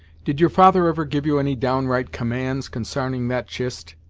did your father ever give you any downright commands consarning that chist?